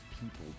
people